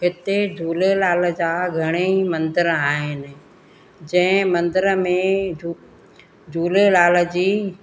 हिते झूलेलाल जा घणेई मंदर आहिनि जंहिं मंदर में झूलेलाल जी